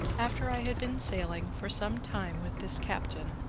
after i had been sailing for some time with this captain,